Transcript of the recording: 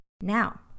Now